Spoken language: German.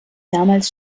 damals